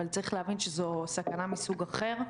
אבל צריך להבין שזו סכנה מסוג אחר.